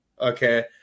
okay